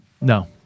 No